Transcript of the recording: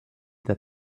that